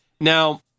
now